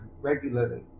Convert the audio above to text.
regularly